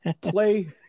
play